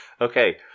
Okay